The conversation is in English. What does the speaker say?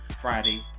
Friday